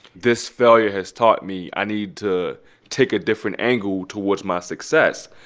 this failure has taught me i need to take a different angle towards my success.